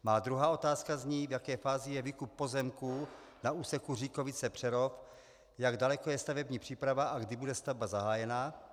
Má druhá otázka zní: V jaké fázi je výkup pozemků na úseku Říkovice Přerov, jak daleko je stavební příprava a kdy bude stavba zahájena?